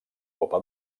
copa